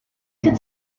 could